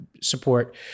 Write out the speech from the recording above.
support